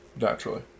Naturally